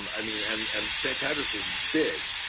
i mean, and and st. patrick's is big